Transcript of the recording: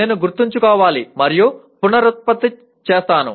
నేను గుర్తుంచుకోవాలి మరియు పునరుత్పత్తి చేస్తాను